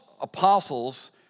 apostles